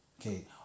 okay